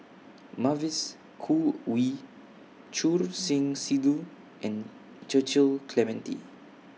Mavis Khoo Oei Choor Singh Sidhu and Clementi